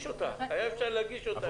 היה אפשר להגיש אותה.